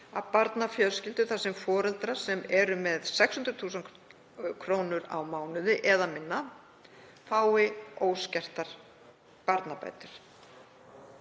að barnafjölskyldur þar sem foreldrar sem eru með 600.000 kr. á mánuði eða minna fái óskertar barnabætur.